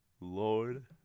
Lord